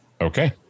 Okay